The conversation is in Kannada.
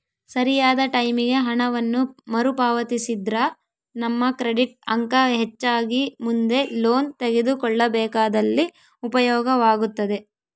ಸರಿಯಾದ ಟೈಮಿಗೆ ಹಣವನ್ನು ಮರುಪಾವತಿಸಿದ್ರ ನಮ್ಮ ಕ್ರೆಡಿಟ್ ಅಂಕ ಹೆಚ್ಚಾಗಿ ಮುಂದೆ ಲೋನ್ ತೆಗೆದುಕೊಳ್ಳಬೇಕಾದಲ್ಲಿ ಉಪಯೋಗವಾಗುತ್ತದೆ